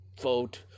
vote